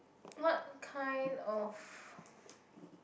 what kind of